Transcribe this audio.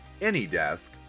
AnyDesk